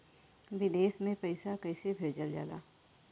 विदेश में पैसा कैसे भेजल जाला?